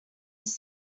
dix